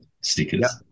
Stickers